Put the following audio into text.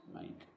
make